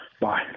Bye